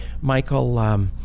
Michael